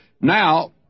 Now